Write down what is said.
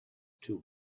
too